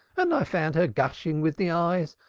and i found her gushing with the eyes,